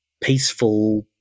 peaceful